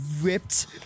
ripped